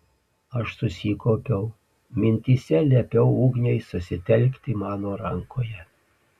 aš susikaupiau mintyse liepiau ugniai susitelkti mano rankoje